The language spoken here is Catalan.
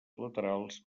laterals